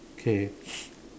okay